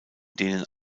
denen